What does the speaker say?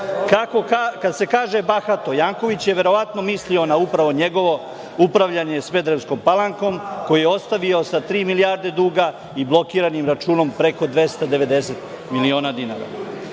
Kad se kaže bahato, Janković je verovatno mislio upravo na njegovo upravljanje Smederevskom Palankom, koju je ostavio sa tri milijarde duga i blokiranim računom preko 290 miliona dinara. Takođe